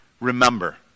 remember